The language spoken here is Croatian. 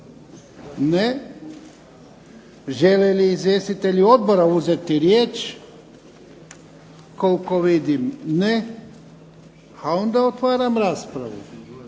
Ne. Žele li izvjestitelji odbora uzeti riječ? Koliko vidim ne. A onda otvaram raspravu.